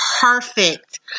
perfect